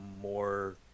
more